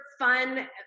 fun